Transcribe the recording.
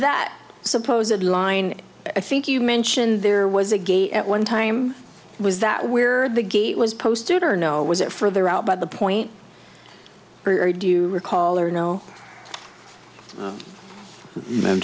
that supposedly line i think you mentioned there was a gate at one time was that where the gate was posted or no was it further out by the point very do you recall or no